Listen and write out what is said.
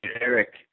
Eric